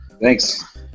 Thanks